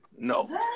No